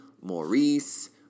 Maurice